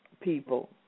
people